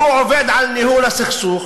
הוא עובד על ניהול הסכסוך